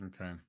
Okay